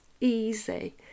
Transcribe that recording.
easy